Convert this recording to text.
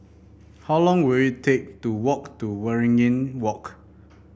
how long will it take to walk to Waringin Walk